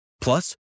Plus